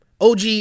OG